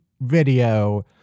video